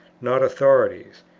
not authorities,